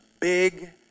big